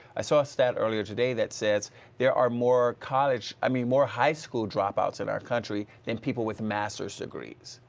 i saw a stat earlier today that said there are more college, i mean more high school dropouts in our country than people with masters degrees.